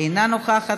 אינה נוכחת,